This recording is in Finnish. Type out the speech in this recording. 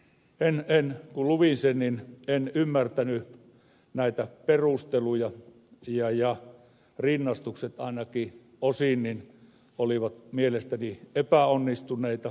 kun luin sen niin en ymmärtänyt näitä perusteluja ja rinnastukset ainakin osin olivat mielestäni epäonnistuneita